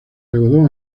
algodón